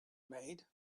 made